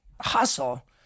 hustle